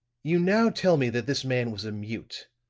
you now tell me that this man was a mute.